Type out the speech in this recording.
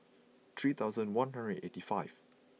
three thousand one hundred eighty five